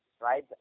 right